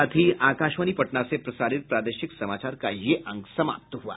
इसके साथ ही आकाशवाणी पटना से प्रसारित प्रादेशिक समाचार का ये अंक समाप्त हुआ